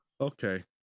Okay